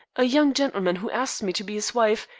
a young gentlemen who asked me to be his wife,